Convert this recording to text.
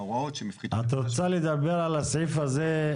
את רוצה לדבר על הסעיף זה?